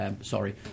Sorry